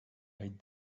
hate